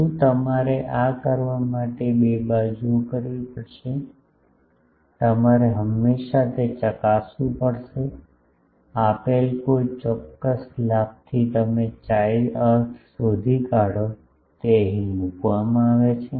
શું તમારે આ કરવા માટે બે બાજુઓ કરવી પડશે તમારે હંમેશાં તે ચકાસવું પડશે આપેલ કોઈ ચોક્કસ લાભથી તમે chi અર્થ શોધી કાઢો તે અહીં મૂકવામાં આવે છે